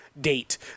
Date